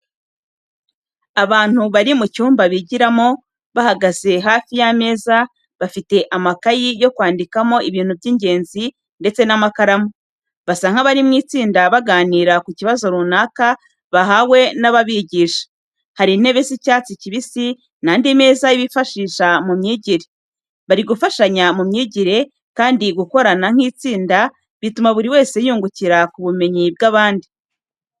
Abantu bari mu cyumba bigiramo, bahagaze hafi y’ameza bafite amakayi yo kwandikamo ibintu by’ingenzi, ndetse n’amakaramu. Basa nk’abari mu itsinda baganira ku kibazo runaka bahawe n’ababigisha. Hari intebe z’icyatsi kibisi n'andi meza bifashisha mu myigire. Bari gufashanya mu myigire kandi gukorana nk’itsinda bituma buri wese yungukira ku bumenyi bw’abandi.